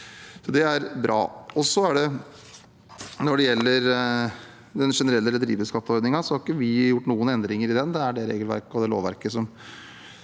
Det er bra. Når det gjelder den generelle rederiskatteordningen, har vi ikke gjort noen endringer i den. Det er det regelverket og det lovverket som